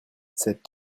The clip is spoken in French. cet